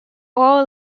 oar